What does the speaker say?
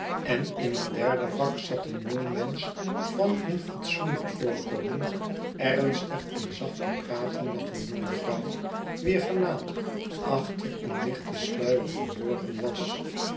en in eenderde vak zat een jongmensch van een fatsoenlijk voorkomen ernstig en zacht te praten met een jonge vrouw wier gelaat achter een dichten sluier verborgen was